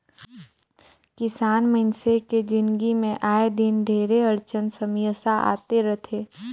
किसान मइनसे के जिनगी मे आए दिन ढेरे अड़चन समियसा आते रथे